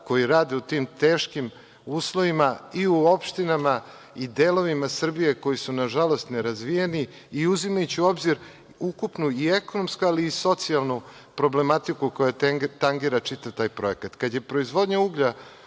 koji rade u tim teškim uslovima i u opštinama i delovima Srbije koji su, nažalost, nerazvijeni, i uzimajući u obzir ukupnu i ekonomsku i socijalnu problematiku koja tangira čitav taj projekat. Kada